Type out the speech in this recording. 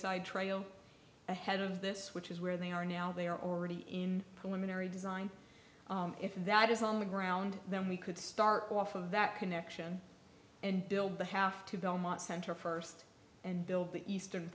side trail ahead of this which is where they are now they are already in pulmonary design if that is on the ground then we could start off of that connection and build the half to belmont center first and build the eastern